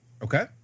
Okay